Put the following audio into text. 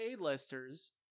a-listers